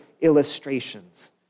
illustrations